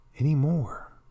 anymore